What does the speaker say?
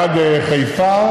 עד חיפה,